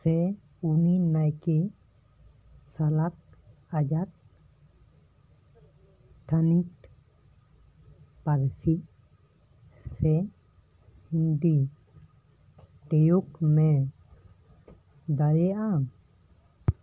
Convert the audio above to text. ᱥᱮ ᱩᱱᱤ ᱱᱟᱭᱠᱮ ᱥᱟᱞᱟᱜ ᱟᱡᱟᱜ ᱛᱷᱟᱱᱤᱛ ᱯᱟᱹᱨᱥᱤ ᱥᱮ ᱦᱤᱱᱫᱤ ᱛᱮᱭᱳᱜ ᱢᱮ ᱫᱟᱲᱮᱭᱟᱜᱼᱟᱢ